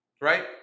right